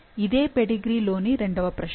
ఇదే పెడిగ్రీ లో ని రెండవ ప్రశ్న